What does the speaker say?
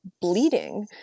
bleeding